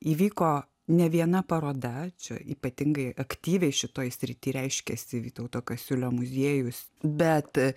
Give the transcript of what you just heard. įvyko ne viena paroda čia ypatingai aktyviai šitoj srity reiškiasi vytauto kasiulio muziejus bet